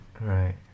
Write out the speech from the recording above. Right